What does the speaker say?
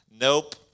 nope